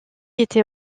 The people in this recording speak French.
était